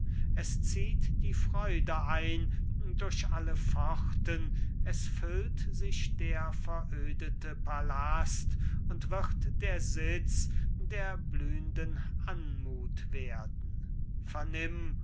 es zieht die freude ein durch alle pforten es füllt sich der verödete palast und wird der sitz der blühnden anmuth werden vernimm